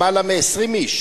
למעלה מ-20 איש